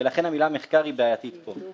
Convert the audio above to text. ולכן המילה "מחקר" בעייתית פה.